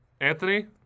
Anthony